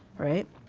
right.